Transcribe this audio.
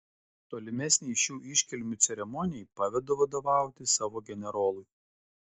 tolimesnei šių iškilmių ceremonijai pavedu vadovauti savo generolui